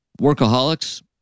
Workaholics